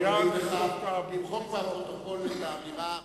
למחוק מהפרוטוקול את האמירה "פריץ"